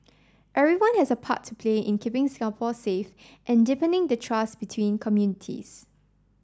everyone has a part to play in keeping Singapore safe and deepening the trust between communities